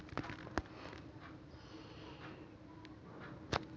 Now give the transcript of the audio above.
क्या मैं अपने बिलों का भुगतान यू.पी.आई के माध्यम से कर सकता हूँ?